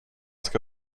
ska